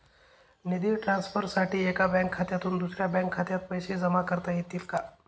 निधी ट्रान्सफरसाठी एका बँक खात्यातून दुसऱ्या बँक खात्यात पैसे जमा करता येतील का?